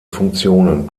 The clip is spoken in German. funktionen